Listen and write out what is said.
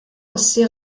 ostsee